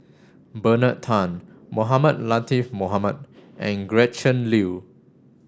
Bernard Tan Mohamed Latiff Mohamed and Gretchen Liu